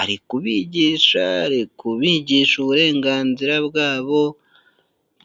ari kubigisha, arikubigisha uburenganzira bwabo.